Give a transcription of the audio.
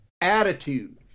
attitude